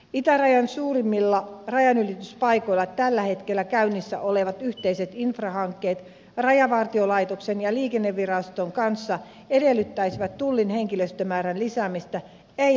itärajan suurimmilla rajanylityspaikoilla tällä hetkellä käynnissä olevat yhteiset infrahankkeet rajavartiolaitoksen ja liikenneviraston kanssa edellyttäisivät tullin henkilöstömäärän lisäämistä ei